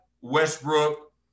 Westbrook